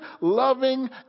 loving